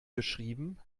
geschrieben